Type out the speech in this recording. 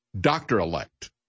doctor-elect